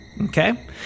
okay